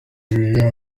biwe